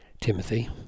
Timothy